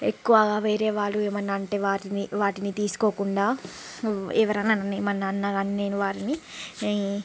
ఎక్కువగా వేరే వాళ్ళు ఏమైనా అంటే వారిని వాటిని తీసుకోకుండా ఎవరైనా నన్నేమి అన్నా అన్నా కానీ నేను వారిని